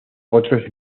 otros